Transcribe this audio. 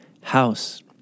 house